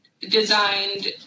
designed